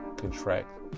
contract